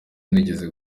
nigeze